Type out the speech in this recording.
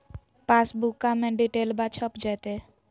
पासबुका में डिटेल्बा छप जयते?